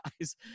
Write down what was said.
guys